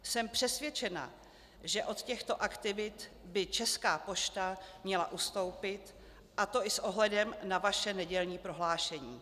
Jsem přesvědčena, že od těchto aktivit by Česká pošta měla ustoupit, a to i s ohledem na vaše nedělní prohlášení.